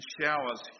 showers